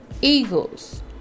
Eagles